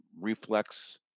reflex